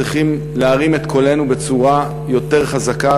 צריכים להרים את קולנו בצורה יותר חזקה